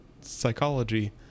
psychology